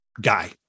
guy